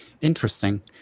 interesting